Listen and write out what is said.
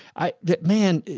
i, that man,